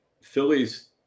Philly's –